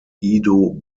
edo